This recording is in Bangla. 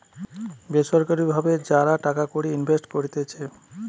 বেসরকারি ভাবে যারা টাকা কড়ি ইনভেস্ট করতিছে